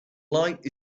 light